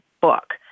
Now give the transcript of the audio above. book